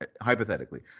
hypothetically